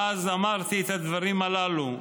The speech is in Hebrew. ואז אמרתי את הדברים הללו.